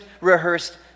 rehearsed